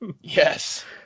yes